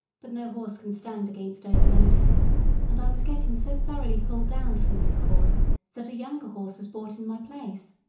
but no horse can stand against overloading and i was getting so thoroughly pulled down from this cause that a younger horse was bought in my place.